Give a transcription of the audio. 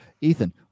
Ethan